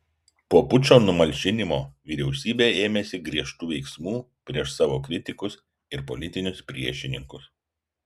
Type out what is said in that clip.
po pučo numalšinimo vyriausybė ėmėsi griežtų veiksmų prieš savo kritikus ir politinius priešininkus